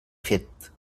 fet